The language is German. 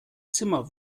zimmer